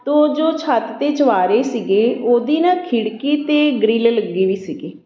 ਤੋ ਜੋ ਛੱਤ 'ਤੇ ਚੁਬਾਰੇ ਸੀਗੇ ਉਹਦੇ ਨਾ ਖਿੜਕੀ 'ਤੇ ਗਰਿੱਲ ਲੱਗੀ ਹੋਈ ਸੀਗੀ